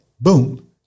boom